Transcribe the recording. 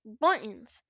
Buttons